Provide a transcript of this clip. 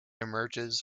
emerges